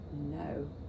no